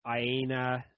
Iena